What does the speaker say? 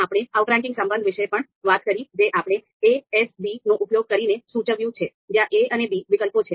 આપણે આઉટરેંકિંગ સંબંધ વિશે પણ વાત કરી જે આપણે a S b નો ઉપયોગ કરીને સૂચવ્યું છે જ્યાં a અને b વિકલ્પો છે